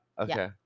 okay